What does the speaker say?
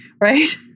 Right